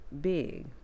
big